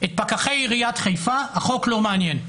את פקחי עיריית חיפה החוק לא מעניין.